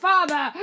Father